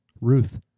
Ruth